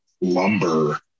lumber